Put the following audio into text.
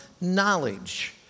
knowledge